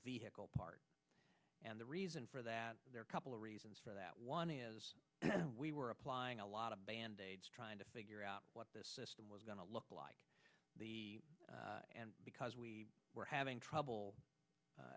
vehicle part and the reason for that there are couple of reasons for that one is that we were applying a lot of band aids trying to figure out what this system was going to look like the and because we were having trouble